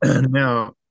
Now